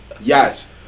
Yes